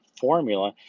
formula